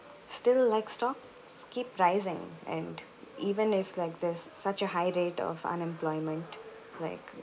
still like stocks keep rising and even if like there's such a high rate of unemployment like